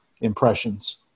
impressions